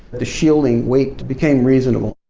the shielding weight became reasonable.